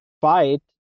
fight